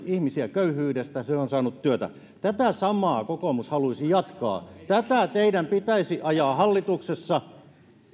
ihmisiä köyhyydestä ja se on luonut työtä tätä samaa kokoomus haluaisi jatkaa tätä teidän pitäisi ajaa hallituksessa